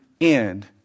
end